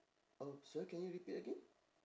oh sorry can you repeat again